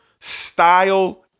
style